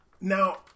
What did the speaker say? Now